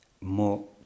more